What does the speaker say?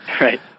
Right